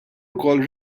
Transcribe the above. ukoll